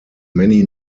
many